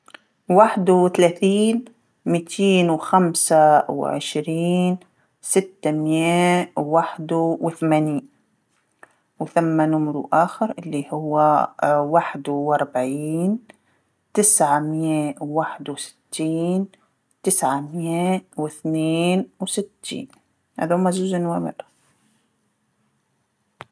واحد وتلاثين، ميتين وخمسه وعشرين، ستميه وواحد وثمانين، وثما نومورو آخر واللي هو واحد وأربعين، تسعميه وواحد وستين، تسعميه وتنين وستين، هاذوما زوز نوامر.